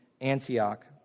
Antioch